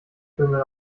krümel